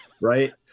Right